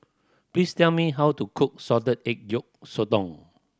please tell me how to cook salted egg yolk sotong